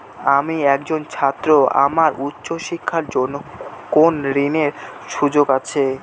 আমি একজন ছাত্র আমার উচ্চ শিক্ষার জন্য কোন ঋণের সুযোগ আছে?